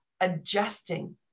adjusting